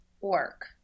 work